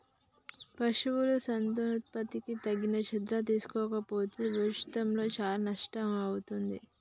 పశువుల సంతానోత్పత్తిపై తగిన శ్రద్ధ తీసుకోకపోతే భవిష్యత్తులో చాలా నష్టం వత్తాది